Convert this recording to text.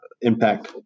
impact